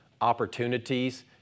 opportunities